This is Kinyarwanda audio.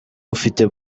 ufite